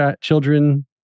children